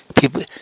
People